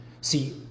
See